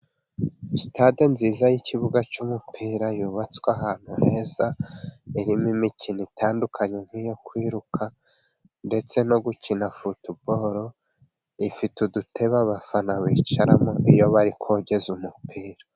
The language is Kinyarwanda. Sitade nziza y'ikibuga cy'umupira, yubatswe ahantu heza. Irimo imikino itandukanye nk'iyo kwiruka, ndetse no gukina futuboro, ifite uduteba abafana bicaramo iyo bari kogeza umupira.